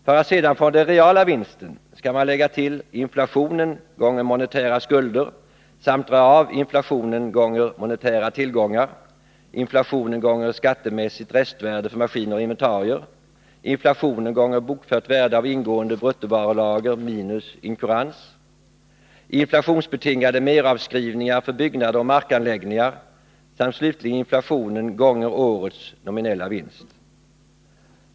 För att sedan få den reala vinsten skall man lägga till inflationen gånger monetära skulder samt dra av inflationen gånger monetära tillgångar, inflationen gånger skattemässigt restvärde för maskiner och inventarier, inflationen gånger bokfört värde av ingående bruttovarulager minus inkurans, inflationsbetingade meravskrivningar för byggnader och markanläggningar samt slutligen inflationen gånger årets nominella vinst.